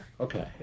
Okay